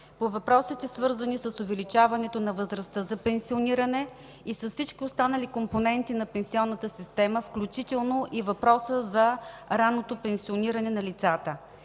по въпросите, свързани с увеличаването на възрастта за пенсиониране и с всички останали компоненти на пенсионната система, включително и въпроса за ранното пенсиониране на лицата.